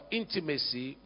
intimacy